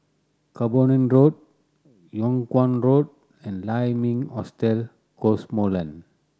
Camborne Road Yung Kuang Road and Lai Ming Hotel Cosmoland